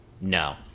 no